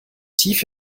tief